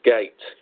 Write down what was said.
Gate